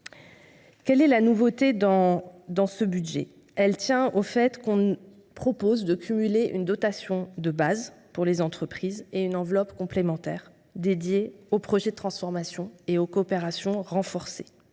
La nouveauté dans ce budget tient au fait que nous proposons de cumuler une dotation de base pour les entreprises et une enveloppe complémentaire dédiée aux projets de transformation et aux coopérations renforcées,